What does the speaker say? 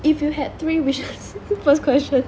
if you had three wishes first question